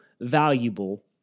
valuable